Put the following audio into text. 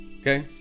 okay